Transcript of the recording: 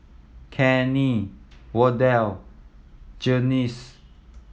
Kenny Wardell Glynis